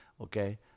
Okay